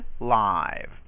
live